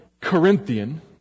Corinthian